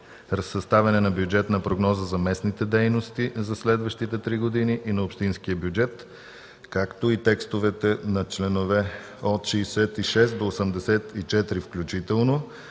– Съставяне на бюджетна прогноза за местните дейности за следващите три години и на общинския бюджет”, както и текстовете на членове от 66 до 84 включително.